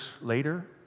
later